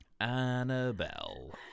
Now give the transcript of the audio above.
annabelle